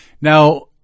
Now